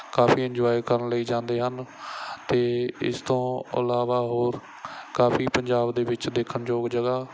ਕਾਫੀ enjoy ਕਰਨ ਲਈ ਜਾਂਦੇ ਹਨ ਅਤੇ ਇਸ ਤੋਂ ਇਲਾਵਾ ਹੋਰ ਕਾਫੀ ਪੰਜਾਬ ਦੇ ਵਿੱਚ ਦੇਖਣ ਯੋਗ ਜਗ੍ਹਾ